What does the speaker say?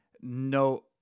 no